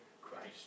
Christ